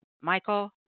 Michael